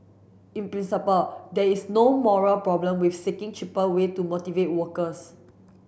in principle there is no moral problem with seeking cheaper way to motivate workers